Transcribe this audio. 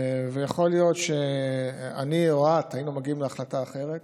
ויכול להיות שאני או את היינו מגיעים להחלטה אחרת